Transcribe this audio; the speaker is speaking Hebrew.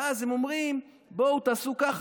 ואז הם אומרים: בואו תעשו כך,